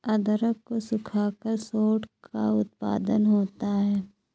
अदरक को सुखाकर सोंठ का उत्पादन होता है